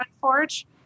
Forge